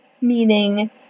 meaning